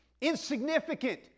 insignificant